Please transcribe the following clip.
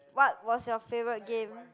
what was your favorite game